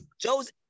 Joseph